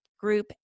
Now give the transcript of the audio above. group